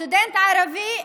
סטודנט ערבי,